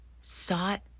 sought